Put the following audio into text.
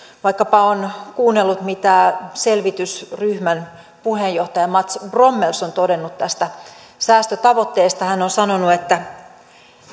vaikkapa on kuunnellut mitä selvitysryhmän puheenjohtaja mats brommels on todennut tästä säästötavoitteesta niin hän on sanonut että